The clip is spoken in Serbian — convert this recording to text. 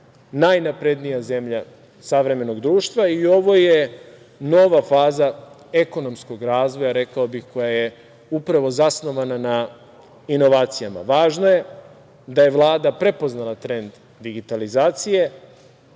najnaprednija zemlja savremenog društva i ovo je nova faza ekonomskog razvoja, rekao bih, koja je upravo zasnovana na inovacijama. Važno je da je Vlada prepoznala trend digitalizacije